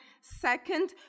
second